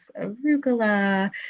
arugula